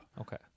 okay